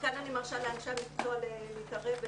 כאן אני מרשה לאנשי מקצוע להתערב ולענות.